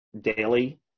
daily